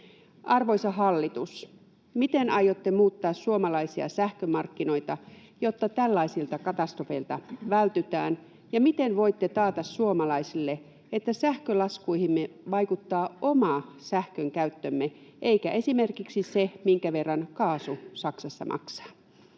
Arvoisa hallitus, miten aiotte muuttaa suomalaisia sähkömarkkinoita, jotta tällaisilta katastrofeilta vältytään? Miten voitte taata suomalaisille, että sähkölaskuihimme vaikuttaa oma sähkönkäyttömme eikä esimerkiksi se, minkä verran kaasu Saksassa maksaa?